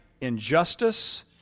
injustice